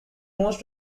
most